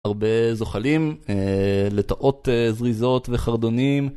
הרבה זוחלים, לטאות זריזות וחרדונים